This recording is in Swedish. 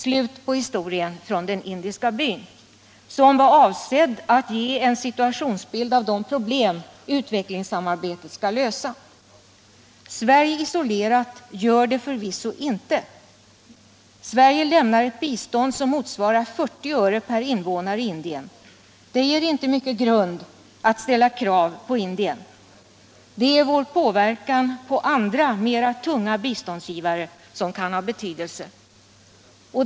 Slut på historien från den indiska byn, som var avsedd att ge en situationsbild av de problem som utvecklingssamarbetet skall lösa. Sverige isolerat gör det förvisso inte. Sverige lämnar ett bistånd som motsvarar 40 öre per invånare i Indien. Det ger inte mycket till grund för att ställa krav på Indien. Det är vår påverkan på andra, mer tunga biståndsgivare som kan ha betydelse.